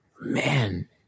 Man